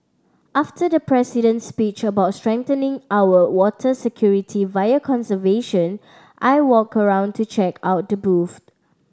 after the President's speech about strengthening our water security via conservation I walked around to check out the booths